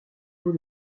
vaut